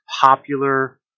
popular